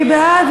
מי בעד?